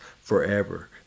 forever